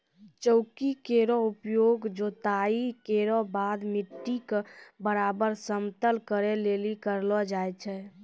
चौकी केरो उपयोग जोताई केरो बाद मिट्टी क बराबर समतल करै लेलि करलो जाय छै